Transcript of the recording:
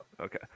Okay